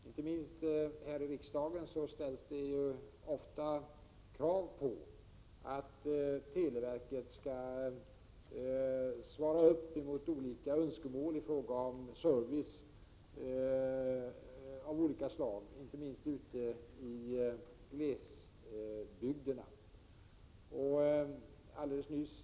Inte minst här i riksdagen ställs det ju ofta krav på att televerket skall svara upp mot olika önskemål i fråga om service av olika slag, inte minst ute i glesbygderna.